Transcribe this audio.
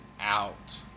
out